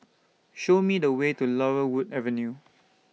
Show Me The Way to Laurel Wood Avenue